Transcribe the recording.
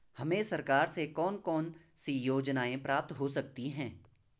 हमें सरकार से कौन कौनसी योजनाएँ प्राप्त हो सकती हैं?